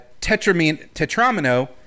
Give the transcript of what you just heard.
tetramino